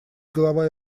голова